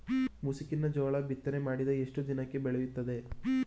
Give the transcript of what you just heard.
ಮುಸುಕಿನ ಜೋಳ ಬಿತ್ತನೆ ಮಾಡಿದ ಎಷ್ಟು ದಿನಕ್ಕೆ ಬೆಳೆಯುತ್ತದೆ?